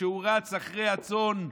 כשהוא רץ אחרי הצאן,